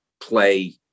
play